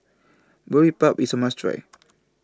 Boribap IS A must Try